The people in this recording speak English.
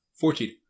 Fourteen